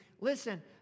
Listen